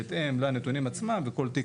בהתאם לנתונים עצמם וכל תיק,